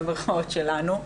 במירכאות שלנו.